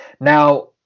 Now